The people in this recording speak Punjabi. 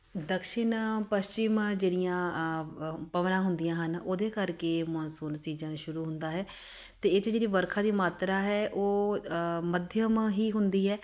ਦਕਸ਼ੀਨ ਪੱਛਚਿਮ ਜਿਹੜੀਆਂ ਪਵਨਾ ਹੁੰਦੀਆਂ ਹਨ ਉਹਦੇ ਕਰਕੇ ਮੌਨਸੂਨ ਸੀਜ਼ਨ ਸ਼ੁਰੂ ਹੁੰਦਾ ਹੈ ਅਤੇ ਇਹ 'ਚ ਜਿਹੜੀ ਵਰਖਾ ਦੀ ਮਾਤਰਾ ਹੈ ਉਹ ਮੱਧਮ ਹੀ ਹੁੰਦੀ ਹੈ